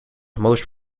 most